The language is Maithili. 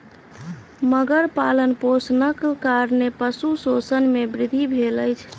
मगर पालनपोषणक कारणेँ पशु शोषण मे वृद्धि भेल अछि